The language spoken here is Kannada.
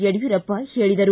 ಯಡಿಯೂರಪ್ಪ ಹೇಳಿದರು